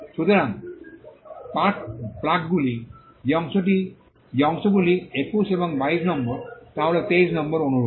সুতরাং স্পার্ক প্লাগগুলি যে অংশগুলি 21 এবং 22 নম্বর হাতা হল 23 নম্বর অনুরূপ